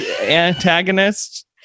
antagonist